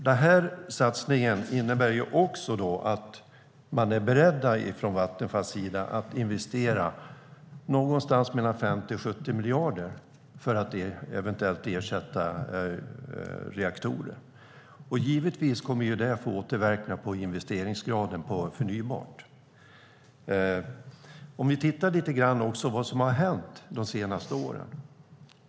Denna satsning innebär att man på Vattenfall är beredd att investera någonstans mellan 50 och 70 miljarder för att eventuellt ersätta reaktorer. Givetvis kommer det att få återverkningar på investeringsgraden när det gäller förnybar energi. Vi kan titta på vad som har hänt de senaste åren.